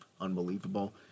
unbelievable